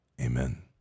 Amen